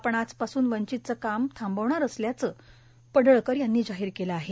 आपण आजपासून वंचितचे काम थांबवणार असल्याचं गोपीचंद पडळकर यांनी जाहीर केलं आहे